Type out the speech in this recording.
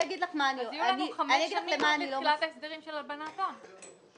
יהיו לנו חמש שנים עד תחילת ההסדרים של הלבנת הון,